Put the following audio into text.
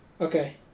Okay